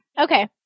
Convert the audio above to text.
Okay